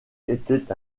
était